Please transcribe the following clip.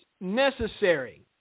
necessary